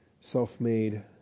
Self-made